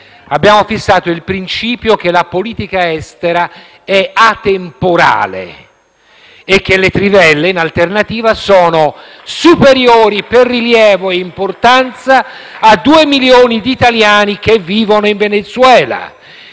abbiamo cioè fissato il principio che la politica estera è atemporale e che, in alternativa, le trivelle sono superiori per rilievo e importanza a due milioni di italiani che vivono in Venezuela.